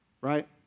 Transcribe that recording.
Right